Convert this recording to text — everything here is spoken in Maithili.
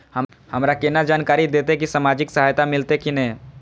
हमरा केना जानकारी देते की सामाजिक सहायता मिलते की ने?